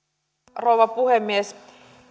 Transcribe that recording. rouva puhemies